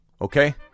Okay